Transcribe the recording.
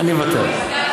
אני מוותר.